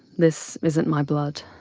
this isn't my blood.